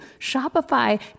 Shopify